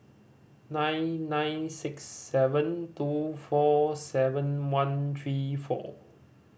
nine nine six seven two four seven one three four